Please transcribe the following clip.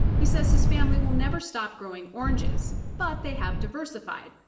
he says his family will never stop growing oranges, but they have diversified.